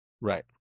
Right